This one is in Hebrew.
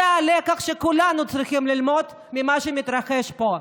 זה הלקח שכולנו צריכים ללמוד ממה שמתרחש פה.